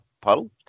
puddle